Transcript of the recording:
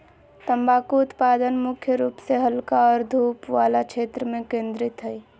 तम्बाकू उत्पादन मुख्य रूप से हल्का और धूप वला क्षेत्र में केंद्रित हइ